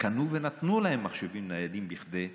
וקנו ונתנו להם מחשבים ניידים כדי לצמצם.